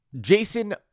Jason